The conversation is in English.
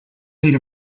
made